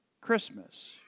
Christmas